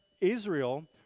Israel